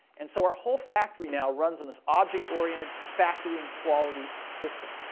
and so our whole factory now runs on this object-oriented factory and quality system.